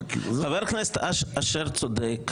חבר הכנסת אשר צודק,